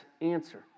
answer